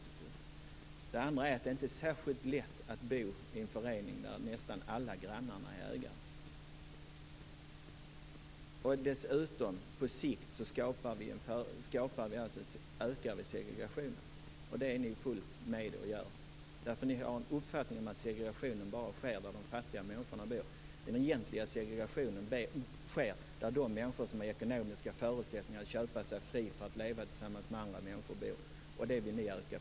För det andra är det inte särskilt lätt att bo i en förening där nästan alla grannarna är ägare. Dessutom skapar det på sikt en ökad segregation. Och det är ni helt med på att göra. Ni har nämligen en uppfattning om att segregationen bara sker där de fattiga människorna bor. Men den egentliga segregationen sker där de människor som har ekonomiska förutsättningar att köpa sig fria för att leva tillsammans med andra människor bor. Det vill ni öka.